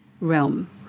realm